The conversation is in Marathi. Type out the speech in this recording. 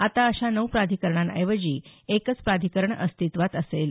आता अशा नऊ प्राधिकरणांऐवजी एकच प्राधिकरण अस्तित्वात असेल